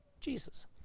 Jesus